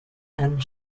and